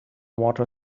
water